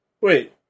Wait